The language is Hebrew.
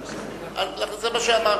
זה מה שאמרתי.